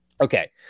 Okay